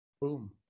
boom